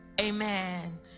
Amen